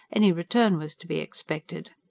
any return was to be expected.